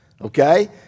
okay